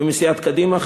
ומסיעת קדימה,